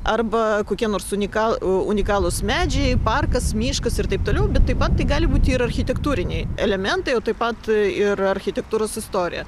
arba kokie nors unika unikalūs medžiai parkas miškas ir taip toliau bet taip pat tai gali būti ir architektūriniai elementai o taip pat ir architektūros istorija